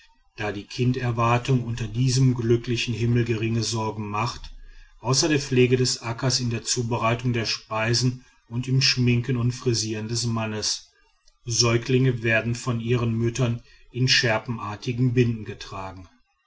da die kinderwartung unter diesem glücklichen himmel geringe sorge macht außer der pflege des ackers in der zubereitung der speisen und im schminken und frisieren des mannes säuglinge werden von ihren müttern in schärpenartigen binden getragen